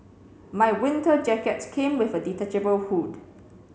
my winter jacket came with a detachable hood